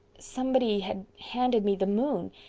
somebody. had handed me. the moon.